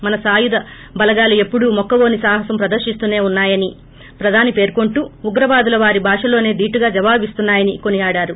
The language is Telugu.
మన సాయుధ బలగాలు ఎప్పుడూ మొక్కవోని సాహసం ప్రదర్శిస్తూనే ఉన్నాయని ప్రధాని పేర్కొంటూ ఉగ్రవాదులకు వారి భాషలోనే దీటుగా జవాబిస్తున్నాయని కొనియాడారు